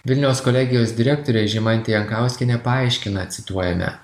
vilniaus kolegijos direktorė žymantė jankauskienė paaiškina cituojame